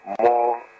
more